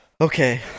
Okay